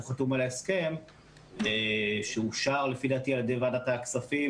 הוא חתום על ההסכם שאושר לפי דעתי על ידי ועדת הכספים